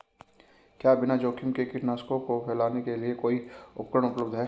क्या बिना जोखिम के कीटनाशकों को फैलाने के लिए कोई उपकरण उपलब्ध है?